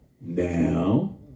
Now